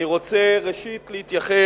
ראשית, אני רוצה להתייחס